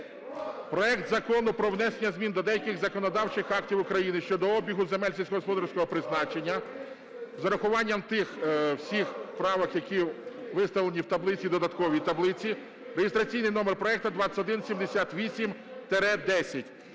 проект Закону про внесення змін до деяких законодавчих актів України щодо обігу земель сільськогосподарського призначення з урахуванням тих всіх правок, які виставлені в таблиці і в додатковій таблиці, реєстраційний номер проекту 2178-10.